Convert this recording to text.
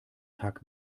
tag